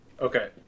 Okay